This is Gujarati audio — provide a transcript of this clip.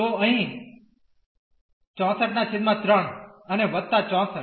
તો અહીં 64૩ અને વત્તા 64